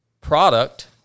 product